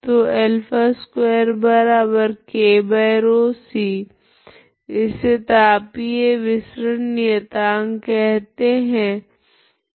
तो α2 kρc इसे तापीय विसरण नियतांक कहते है